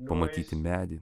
pamatyti medį